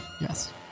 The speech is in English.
yes